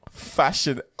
fashion